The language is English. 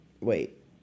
wait